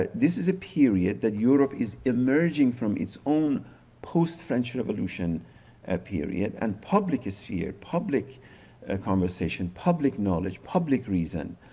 ah this is a period that europe is emerging from its own post french revolution ah period and public sphere public ah conversation, public knowledge, public reason,